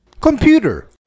Computer